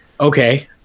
okay